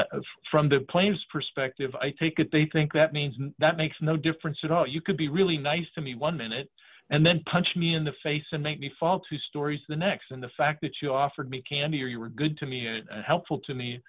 because from the claims perspective i take it they think that means that makes no difference at all you could be really nice to me one minute and then punch me in the face and make me fall two stories the next and the fact that you offered me candy or you were good to me and helpful to me